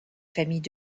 familles